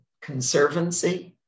Conservancy